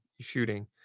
shooting